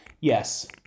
yes